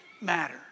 matter